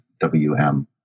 wm